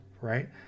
right